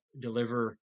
deliver